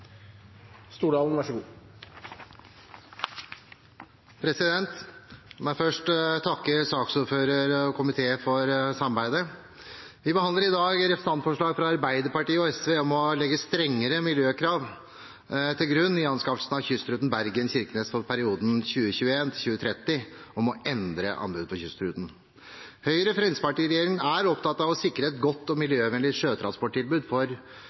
for samarbeidet. Vi behandler i dag to representantforslag, fra henholdsvis Arbeiderpartiet og SV, om å legge strengere miljøkrav til grunn i anskaffelsen av kystruten Bergen–Kirkenes for perioden 2021–2030 og om å endre anbudet på kystruten. Høyre–Fremskrittsparti-regjeringen er opptatt av å sikre et godt og miljøvennlig sjøtransporttilbud for